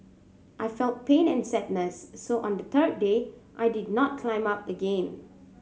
I felt pain and sadness so on the third day I did not not climb up again